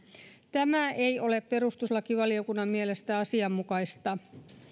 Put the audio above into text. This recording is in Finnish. tämä ei ole perustuslakivaliokunnan mielestä asianmukaista